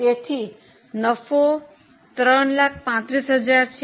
તેથી નફો 335000 છે